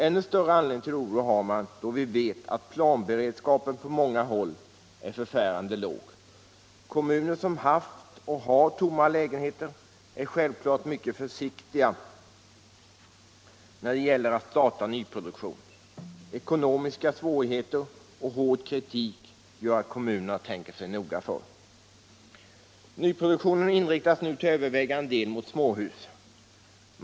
Ännu större anledning till oro har man då vi vet, att planberedskapen på många håll är förfärande låg. Kommuner som haft och har tomma lägenheter är självklart mycket försiktiga när det gäller att starta nyproduktion. Ekonomiska svårigheter och hård kritik gör att kommunerna tänker sig noga för. Nyproduktionen inriktas nu till övervägande del mot småhus.